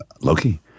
Loki